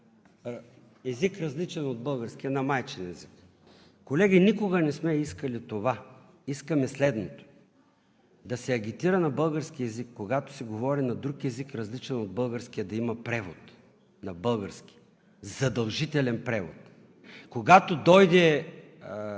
език, различен от българския – на майчин език, колеги, никога не сме искали това. Искаме следното: да се агитира на български език. Когато се говори на друг език, различен от българския, да има превод на български. Задължителен превод! Когато дойде